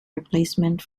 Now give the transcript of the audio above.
replacement